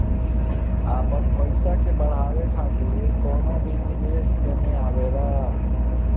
आपन पईसा के बढ़ावे खातिर कवनो भी निवेश एमे आवेला